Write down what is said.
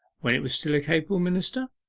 when it was still a capable minister?